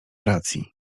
racji